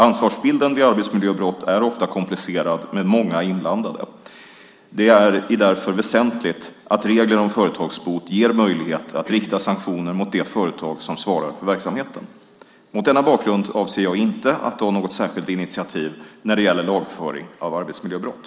Ansvarsbilden vid arbetsmiljöbrott är ofta komplicerad med många inblandade. Det är därför väsentligt att regler om företagsbot ger möjligheter att rikta sanktioner mot det företag som svarar för verksamheten. Mot denna bakgrund avser jag inte att ta något särskilt initiativ när det gäller lagföring av arbetsmiljöbrott.